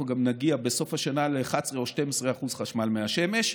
אנחנו גם נגיע בסוף השנה ל-11% או ל-12% חשמל מהשמש.